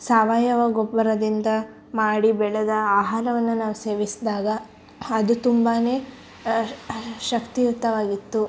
ಸಾವಯವ ಗೊಬ್ಬರದಿಂದ ಮಾಡಿ ಬೆಳೆದ ಆಹಾರವನ್ನು ನಾವು ಸೇವಿಸಿದಾಗ ಅದು ತುಂಬಾ ಶಕ್ತಿಯುತವಾಗಿತ್ತು